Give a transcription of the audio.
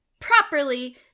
properly